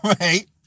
right